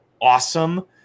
awesome